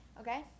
Okay